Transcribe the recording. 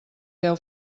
deu